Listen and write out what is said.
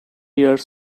years